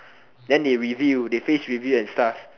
then they reveal they face reveal and stuff